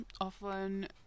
often